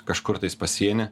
kažkur tais pasieny